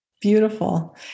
Beautiful